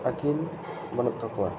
ᱟᱹᱠᱤᱞ ᱵᱟᱹᱱᱩᱜ ᱛᱟᱠᱚᱣᱟ